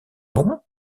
bon